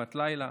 אכיפת לילה,